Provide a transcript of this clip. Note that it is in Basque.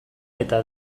eta